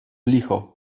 licho